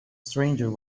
stranger